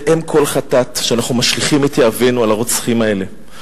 זה אם כל חטאת שאנחנו משליכים את יהבנו על הרוצחים האלה.